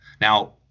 Now